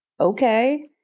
okay